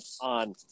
on